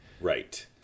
right